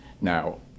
Now